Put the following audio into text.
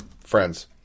friends